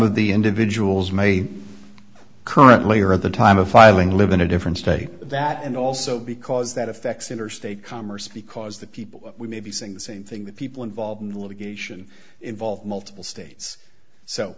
of the individuals may currently are at the time of filing live in a different state that and also because that affects interstate commerce because the people we may be saying the same thing the people involved in litigation involve multiple states so